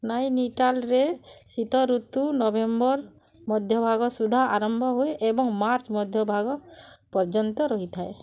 ନୈନିତାଲ୍ରେ ଶୀତଋତୁ ନଭେମ୍ବର ମଧ୍ୟଭାଗ ସୁଦ୍ଧା ଆରମ୍ଭ ହୁଏ ଏବଂ ମାର୍ଚ୍ଚ ମଧ୍ୟଭାଗ ପର୍ଯ୍ୟନ୍ତ ରହିଥାଏ